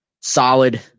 solid